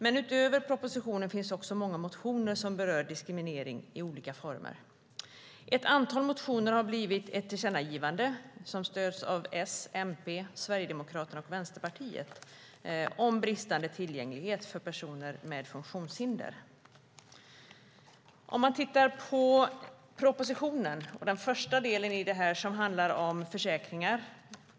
Men utöver propositionen finns också många motioner som berör diskriminering i olika former. Ett antal motioner har blivit ett tillkännagivande om bristande tillgänglighet för personer med funktionshinder, vilket stöds av S, MP, SD och V. Den första delen i propositionen handlar om försäkringar.